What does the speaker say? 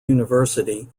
university